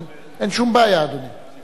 אין שום בעיה, אדוני.